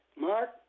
Mark